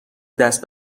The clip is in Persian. دست